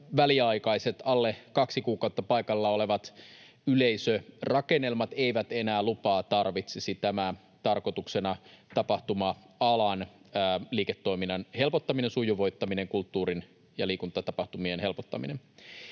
väliaikaiset, alle kaksi kuukautta paikalla olevat yleisörakennelmat eivät enää lupaa tarvitsisi. Tämän tarkoituksena on tapahtuma-alan liiketoiminnan helpottaminen ja sujuvoittaminen sekä kulttuuri- ja liikuntatapahtumien helpottaminen.